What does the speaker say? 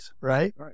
right